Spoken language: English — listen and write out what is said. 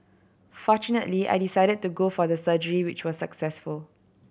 fortunately I decided to go for the surgery which was successful